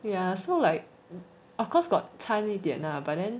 ya so like of course got 掺一点 lah but then